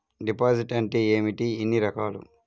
Deposit అంటే ఏమిటీ ఎన్ని రకాలు?